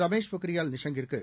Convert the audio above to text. Ramesh Pokhriyal நிஷாங்கிற்கு